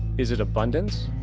is it abundance?